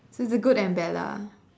with a good umbrella